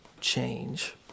change